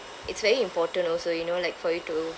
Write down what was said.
it's very important also you know like for you to